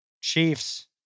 Chiefs